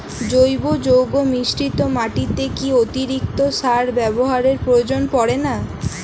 জৈব যৌগ মিশ্রিত মাটিতে কি অতিরিক্ত সার ব্যবহারের প্রয়োজন পড়ে না?